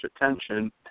attention